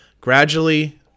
Gradually